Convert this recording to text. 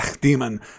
demon